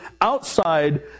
outside